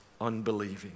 unbelieving